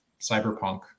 cyberpunk